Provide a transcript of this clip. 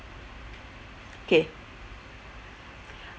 okay